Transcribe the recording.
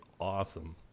awesome